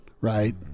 Right